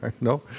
No